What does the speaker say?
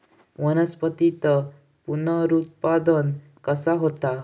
वनस्पतीत पुनरुत्पादन कसा होता?